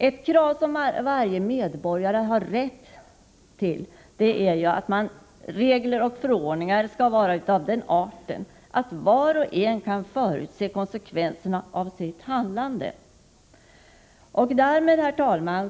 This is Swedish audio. Ett krav som varje medborgare har rätt att ställa är att regler och förordningar skall vara av den arten att var och en kan förutse konsekvensen av sitt handlande. Herr talman!